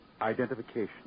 Identification